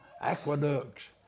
aqueducts